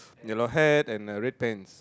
yellow hat and uh red pants